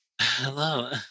hello